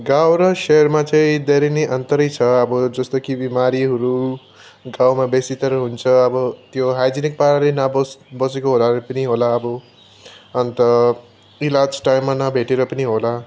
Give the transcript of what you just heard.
गाउँ र सहरमा चाहिँ धेरै नै अन्तरै छ अब जस्तो कि बिमारीहरू गाउँमा बेसीतर हुन्छ अब त्यो हाइजेनिक पाराले नबस् बसेको होला र पनि होला अब अन्त इलाज टाइममा नभेटेर पनि होला